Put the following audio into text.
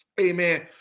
amen